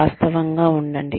వాస్తవంగా ఉండండి